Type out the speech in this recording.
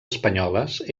espanyoles